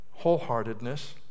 wholeheartedness